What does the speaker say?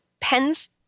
pens